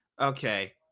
Okay